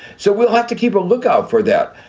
so we'll have to keep a lookout for that.